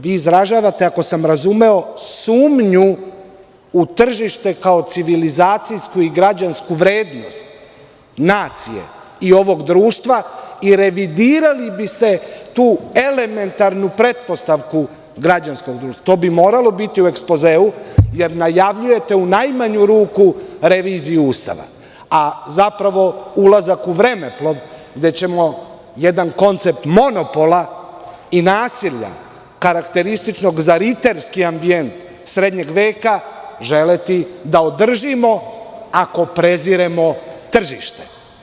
Vi izražavate, ako sam razumeo, sumnju u tržište kao civilizacijsku i građansku vrednost nacije i ovog društva i revidirali bi ste tu elementarnu pretpostavku građanskog društva, to bi moralo biti u ekspozeu jer najavljujete u najmanju ruku reviziju ustava, a zapravo ulazak u vremeplov gde ćemo jedan koncept monopola i nasilja, karakterističnog za riterski ambijent srednjeg veka želeti da održimo ako preziremo tržište.